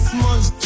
Smudge